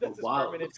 wow